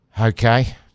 Okay